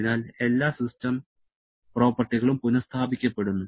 അതിനാൽ എല്ലാ സിസ്റ്റം പ്രോപ്പർട്ടികളും പുനസ്ഥാപിക്കപ്പെടുന്നു